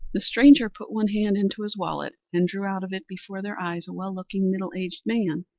the stranger put one hand into his wallet and drew out of it before their eyes a well-looking middle-aged man,